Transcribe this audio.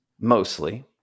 mostly